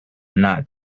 not